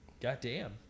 goddamn